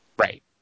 Right